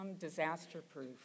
disaster-proof